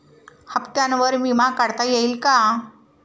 हप्त्यांवर विमा काढता येईल का?